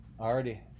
Already